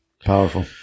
Powerful